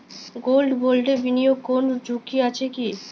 Gold বন্ডে বিনিয়োগে কোন ঝুঁকি আছে কি?